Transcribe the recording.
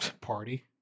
Party